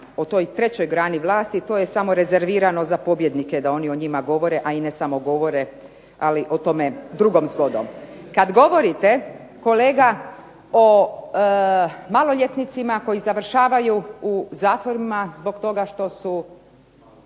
o toj trećoj grani vlasti, to je samo rezervirano za pobjednike da oni o njima govore, a i ne samo govore, ali o tome drugom zgodom. Kad govorite, kolega, o maloljetnicima koji završavaju u zatvorima zbog toga što su